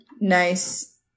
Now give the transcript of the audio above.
Nice